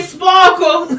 Sparkle